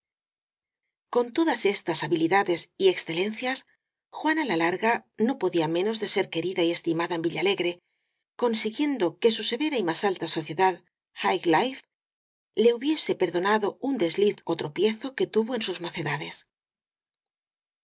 con todas estas habilidades y excelencias juana la larga no podía menos de ser querida y estima da en villalegre consiguiendo que su severa y más alta sociedad ó high life le hubiese perdonado un desliz ó tropiezo que tuvo en sus mocedades